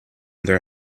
their